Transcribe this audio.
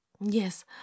Yes